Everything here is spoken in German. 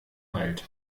wald